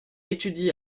étudie